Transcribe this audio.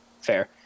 Fair